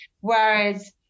whereas